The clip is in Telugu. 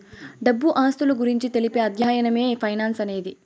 డబ్బు ఆస్తుల గురించి తెలిపే అధ్యయనమే ఫైనాన్స్ అనేది